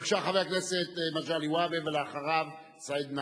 בבקשה, חבר הכנסת מגלי והבה, ואחריו, סעיד נפאע.